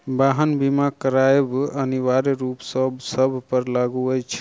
वाहन बीमा करायब अनिवार्य रूप सॅ सभ पर लागू अछि